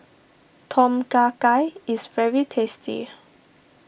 Tom Kha Gai is very tasty